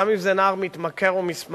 גם אם זה נער מתמכר או מתמסטל,